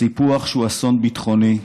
סיפוח שהוא אסון ביטחוני,